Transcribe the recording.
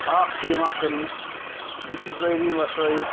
ہاکھ چھُ یِوان کٕنٛنہٕ یہِ چھُ ذریعہ وَسٲیِل